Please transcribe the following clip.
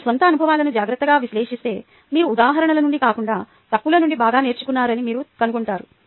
మీరు మీ స్వంత అనుభవాలను జాగ్రత్తగా విశ్లేషిస్తే మీరు ఉదాహరణల నుండి కాకుండా తప్పుల నుండి బాగా నేర్చుకున్నారని మీరు కనుగొంటారు